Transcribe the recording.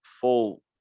full